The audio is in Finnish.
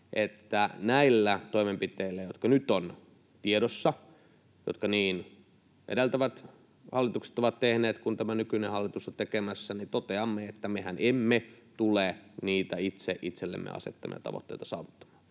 että näillä toimenpiteillä, jotka nyt ovat tiedossa, joita niin edeltävät hallitukset ovat tehneet kuin tämä nykyinen hallitus on tekemässä, toteamme, että mehän emme tule niitä itse itsellemme asettamia tavoitteita saavuttamaan.